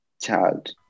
child